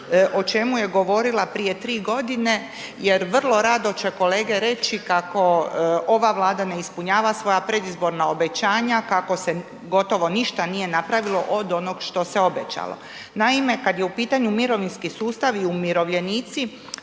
o čemu je govorila prije 3 godine jer vrlo rado će kolege reći kako ova Vlada ne ispunjava svoja predizborna obećanja, kako se gotovo ništa nije napravilo od onog što se obećalo. Naime, kad je u pitanju mirovinski sustav i umirovljenici,